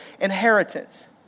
inheritance